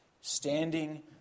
standing